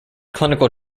clinical